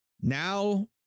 Now